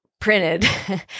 printed